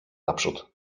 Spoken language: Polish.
naprzód